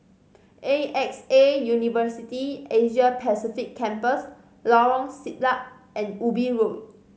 A X A University Asia Pacific Campus Lorong Siglap and Ubi Road